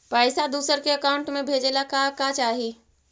पैसा दूसरा के अकाउंट में भेजे ला का का चाही?